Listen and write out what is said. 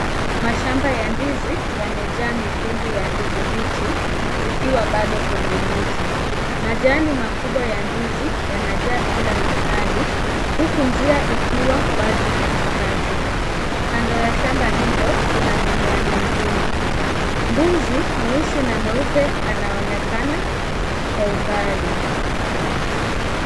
Mashamba ya ndizi yamejaa mikungu ya ndizi mbichi zikiwa bado kwenye miti. Majani makubwa ya ndizi yanajaa kila mahali huku njia ikiwa wazi katikati. Kando ya shamba hilo kuna mimea mingine. Mbuzi mweusi na mweupe anaonekana kwa umbali.